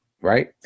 Right